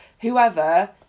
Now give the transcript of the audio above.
whoever